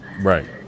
Right